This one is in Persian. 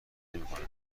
نمیکنه